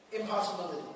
impossibility